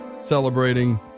celebrating